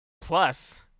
Plus